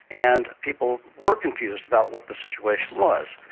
and people were confused about what the situation was.